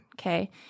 okay